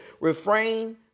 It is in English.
refrain